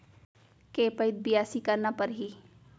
के पइत बियासी करना परहि?